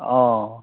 অঁ